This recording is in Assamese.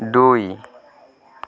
দুই